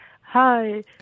Hi